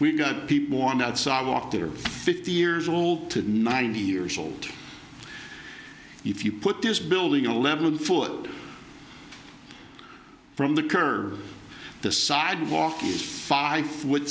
we've got people on that sidewalk that are fifty years old to ninety years old if you put this building eleven foot from the curb the sidewalk is five foot